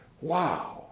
Wow